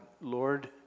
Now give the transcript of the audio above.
Lord